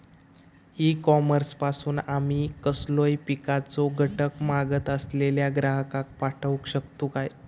E commerce पासून आमी कसलोय पिकाचो घटक मागत असलेल्या ग्राहकाक पाठउक शकतू काय?